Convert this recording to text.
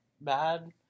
bad